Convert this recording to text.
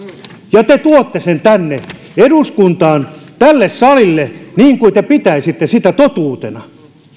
ja te tuotte sen tänne eduskuntaan tälle salille niin kuin te pitäisitte sitä totuutena